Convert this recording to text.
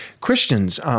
Christians